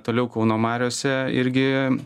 toliau kauno mariose irgi